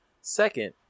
Second